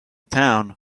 town